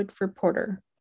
Reporter